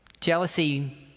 Jealousy